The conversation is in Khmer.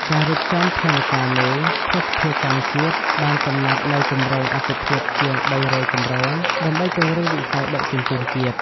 ការរៀបចំផែនការមេភស្តុភារកម្មជាតិ បានកំណត់នូវគម្រោងអាទិភាពជាង ៣០០ គម្រោង ដើម្បីពង្រឹងវិស័យដឹកជញ្ជូនជាតិ។